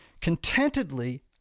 contentedly